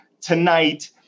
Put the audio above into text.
tonight